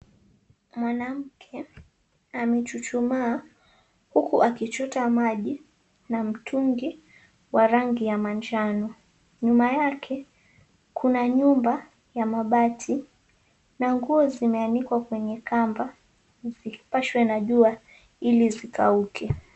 Mwanamke amechuchumaa huku akichota maji na mtungi wa rangi ya manjano. Nyuma yake kuna nyumba ya mabati na nguo zimeanikwa kwenye kamba zipashwe na jua ili zikauke.